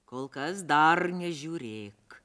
kol kas dar nežiūrėk